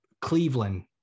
Cleveland